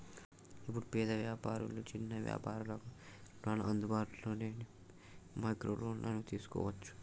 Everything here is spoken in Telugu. ఇప్పుడు పేద వ్యాపారులు చిన్న వ్యాపారులకు రుణాలు అందుబాటులో లేని మైక్రో లోన్లను తీసుకోవచ్చు